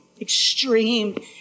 extreme